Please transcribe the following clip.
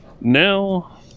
now